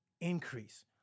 increase